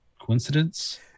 Coincidence